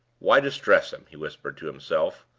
why distress him? he whispered to himself.